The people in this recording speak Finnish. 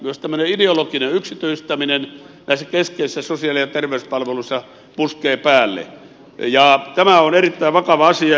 myös tämmöinen ideologinen yksityistäminen näissä keskeisissä sosiaali ja terveyspalveluissa puskee päälle ja tämä on erittäin vakava asia